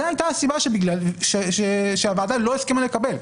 זו הייתה הסיבה שבגללה הוועדה לא הסכימה לקבל.